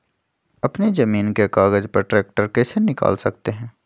अपने जमीन के कागज पर ट्रैक्टर कैसे निकाल सकते है?